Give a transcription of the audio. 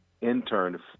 intern